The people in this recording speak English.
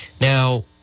now